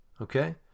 Okay